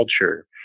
culture